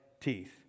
teeth